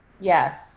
Yes